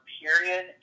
period